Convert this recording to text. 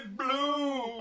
blue